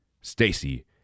Stacy